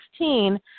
2016